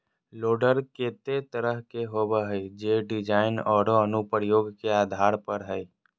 loader केते तरह के होबो हइ, जे डिज़ाइन औरो अनुप्रयोग के आधार पर हइ